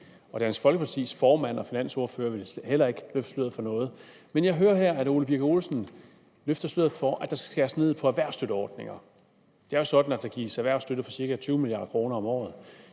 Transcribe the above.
og Dansk Folkepartis formand og finansordfører ville heller ikke løfte sløret for noget. Men jeg hører her, at hr. Ole Birk Olesen løfter sløret for, at der skal skæres ned på erhvervsstøtteordninger. Det er jo sådan, at der gives erhvervsstøtte for ca. 20 mia. kr. om året.